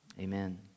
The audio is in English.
Amen